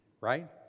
right